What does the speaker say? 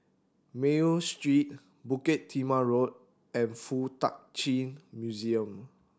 Mayo Street Bukit Timah Road and Fuk Tak Chi Museum